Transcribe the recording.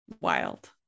Wild